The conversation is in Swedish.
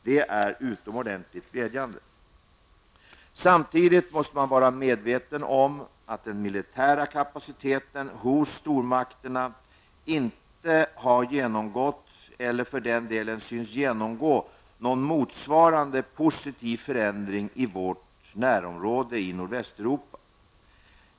Det är utomordentligt glädjande. Samtidigt måste man vara medveten om att den militära kapaciteten hos stormakterna inte har genomgått eller för den delen synes genomgå någon motsvarande positiv förändring i vårt närområde i Nordvästeuropa.